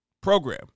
program